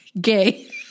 gay